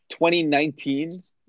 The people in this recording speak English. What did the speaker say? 2019